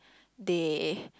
they